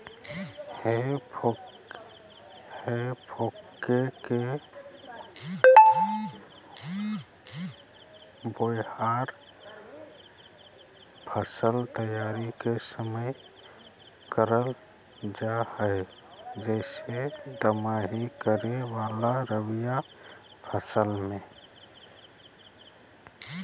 हे फोर्क के व्यवहार फसल तैयारी के समय करल जा हई, जैसे दमाही करे वाला रवि फसल मे